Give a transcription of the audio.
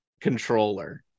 controller